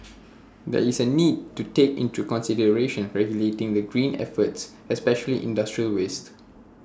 there is A need to take into consideration regulating the green efforts especially industrial waste